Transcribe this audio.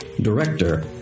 Director